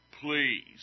Please